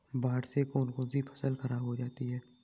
बाढ़ से कौन कौन सी फसल खराब हो जाती है?